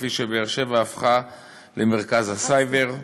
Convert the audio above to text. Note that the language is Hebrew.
כפי שבאר-שבע הפכה למרכז הסייבר".